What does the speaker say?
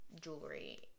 jewelry